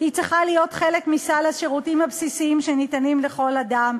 צריכה להיות חלק מסל השירותים הבסיסיים שניתנים לכל אדם,